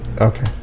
Okay